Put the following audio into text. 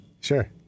sure